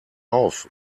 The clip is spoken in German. auf